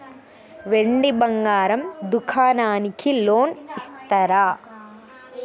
వెండి బంగారం దుకాణానికి లోన్ ఇస్తారా?